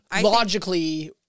logically